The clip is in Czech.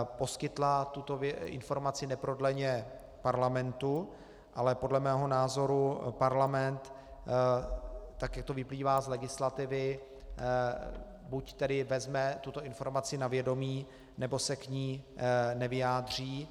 Poskytla tuto informaci neprodleně Parlamentu, ale podle mého názoru Parlament, jak to vyplývá z legislativy, buď vezme tuto informaci na vědomí, nebo se k ní nevyjádří.